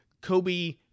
Kobe